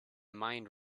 mind